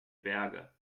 berge